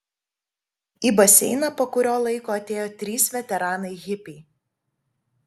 į baseiną po kurio laiko atėjo trys veteranai hipiai